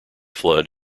flood